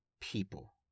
people